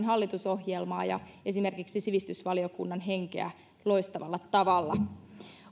hallitusohjelmaa ja esimerkiksi sivistysvaliokunnan henkeä loistavalla tavalla